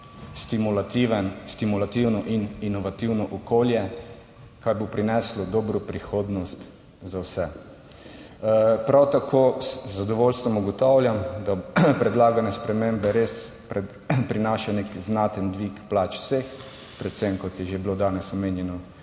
stimulativno in inovativno okolje, kar bo prineslo dobro prihodnost za vse. Prav tako z zadovoljstvom ugotavljam, da predlagane spremembe res prinašajo nek znaten dvig 26. TRAK: (SC) – 12.05 (nadaljevanje)